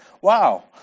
Wow